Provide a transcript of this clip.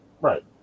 Right